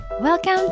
Welcome